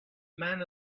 man